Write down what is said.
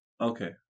Okay